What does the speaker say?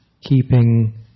keeping